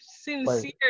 Sincere